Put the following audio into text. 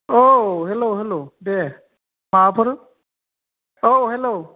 औ हेल' हेल' दे माबाफोर औ हेल'